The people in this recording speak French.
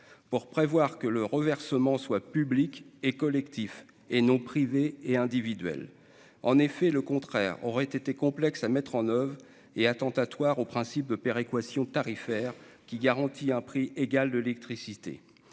pour prévoir que le reversement soient publics et collectifs et non privés et individuels, en effet, le contraire aurait été complexe à mettre en oeuvre et attentatoire au principe de péréquation tarifaire qui garantit un prix égal, de l'électricité,